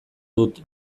dut